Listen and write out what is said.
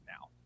now